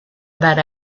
about